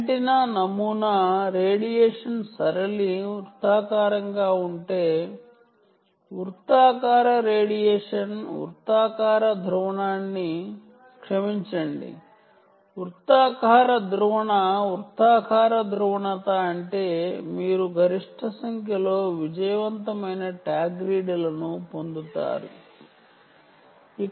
antenna radiation సరళి వృత్తాకారంగా ఉంటే వృత్తాకార పోలరైజేషన్ ఉంటే మీరు గరిష్ట సంఖ్యలో విజయవంతమైన ట్యాగ్ లను చదవగలరు